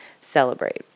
celebrate